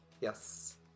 yes